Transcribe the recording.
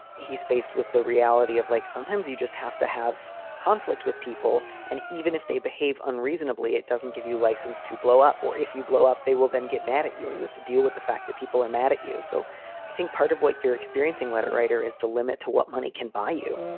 he's faced with the reality of like sometimes you just have to have conflict with people. and even if they behave unreasonably, it doesn't give you license to blow up. or if you blow up, they will then get mad at you. and you have to deal with the fact that people are mad at you. so i think part of what you're experiencing, letter writer, is the limit to what money can buy you.